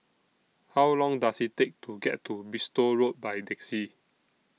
How Long Does IT Take to get to Bristol Road By Taxi